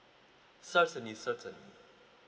certainly certain